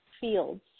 fields